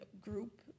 group